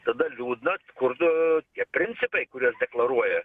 tada liūdna skurdu tie principai kuriuos deklaruoja